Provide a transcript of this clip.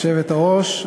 היושבת-ראש,